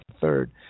Third